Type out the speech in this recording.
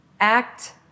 act